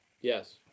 Yes